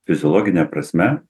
fiziologine prasme